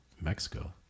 Mexico